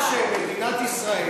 יש לזה שם: מדינת ישראל.